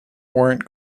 warrant